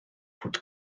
fod